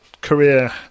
career